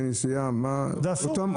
נסיעה, זה אסור.